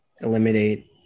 eliminate